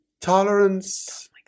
Tolerance